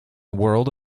world